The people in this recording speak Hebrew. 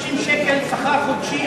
זה 250 שקל שכר חודשי.